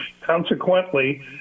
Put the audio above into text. Consequently